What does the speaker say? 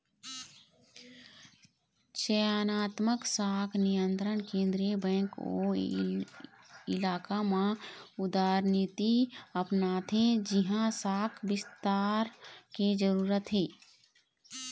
चयनात्मक शाख नियंत्रन केंद्रीय बेंक ओ इलाका म उदारनीति अपनाथे जिहाँ शाख बिस्तार के जरूरत हे